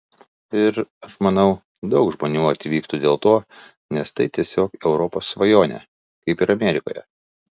ir aš manau daug žmonių atvyktų dėl to nes tai tiesiog europos svajonė kaip ir amerikoje